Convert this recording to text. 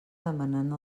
demanant